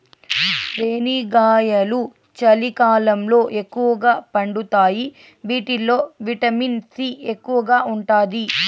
రేణిగాయాలు చలికాలంలో ఎక్కువగా పండుతాయి వీటిల్లో విటమిన్ సి ఎక్కువగా ఉంటాది